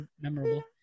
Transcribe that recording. memorable